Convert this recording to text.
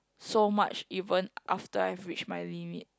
so much even after I've reached my limit